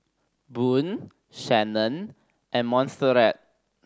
Boone Shannon and Monserrat